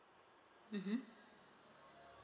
mmhmm